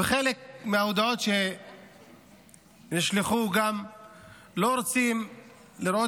ובחלק מההודעות שנשלחו אמרו שלא רוצים לראות